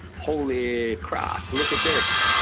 holy crap, look at this.